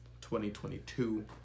2022